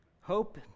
Hope